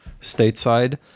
stateside